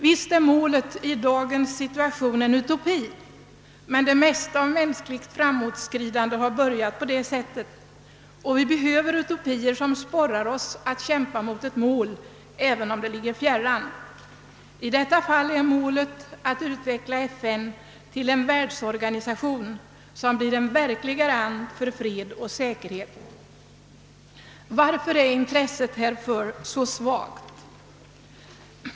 Visst är världsfederalisternas mål i dagens situation en utopi. Men det mesta av mänskligt framåtskridande har börjat på detta sätt. Och vi behöver utopier som sporrar oss att kämpa mot ett mål även om det ligger fjärran. I detta fall är målet att utveckla FN till en världsorganisation som blir en verklig garant för fred och säkerhet. Varför är intresset härför så svagt?